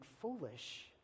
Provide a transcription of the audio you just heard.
foolish